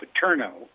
Paterno